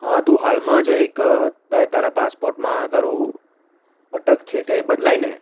હા તું હાલમાં જ એક તારે તારા પાસપોર્ટમાં તારું અટક છે તે બદલાવીને